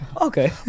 Okay